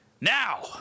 Now